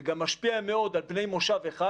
זה גם משפיע מאוד על בני מושב אחד,